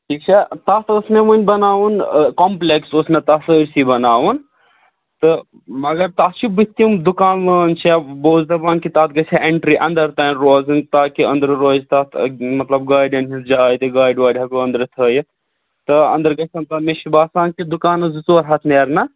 ٹھیٖک چھا تَتھ اوس وۅنۍ مےٚ بَناوُن کَمپُلیکٕس اوس مےٚ تتھ سٲرسٕے بَناوُن تہٕ مگر تَتھ چھِ بُتھِ تِم دُکان لٲنۍ چھےٚ بہٕ اوسُس دَپان کہِ تَتھ گَژھِ ہے ایٚنٹری اَنٛدر تانۍ روزٕنۍ تاکہِ أنٛدرٕ روزِ تَتھ مطلب گاڑٮ۪ن ہٕنٛز جاے تہِ گاڑِ واڑِ ہیٚکو أنٛدرٕ تھٲوِتھ تہٕ أنٛدر گژھن تتھ مےٚ چھُ باسان کہِ دُکانہٕ زٕ ژور ہَتھ نیرَنا